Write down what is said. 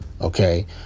okay